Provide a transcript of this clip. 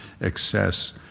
excess